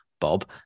Bob